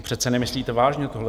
To přece nemyslíte vážně tohleto.